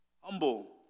Humble